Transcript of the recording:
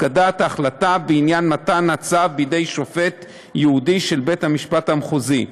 הפקדת ההחלטה בעניין מתן הצו בידי שופט ייעודי של בית-המשפט המחוזי.